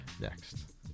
next